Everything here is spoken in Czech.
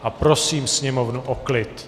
A prosím sněmovnu o klid!